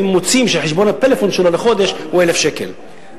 אם מוצאים שחשבון הפלאפון שלו לחודש הוא 1,000 שקל,